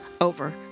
over